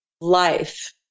life